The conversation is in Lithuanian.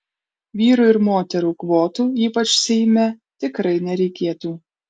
vyrų ir moterų kvotų ypač seime tikrai nereikėtų